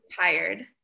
tired